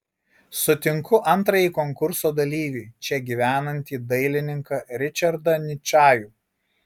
sutinku antrąjį konkurso dalyvį čia gyvenantį dailininką ričardą ničajų